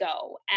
go